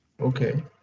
Okay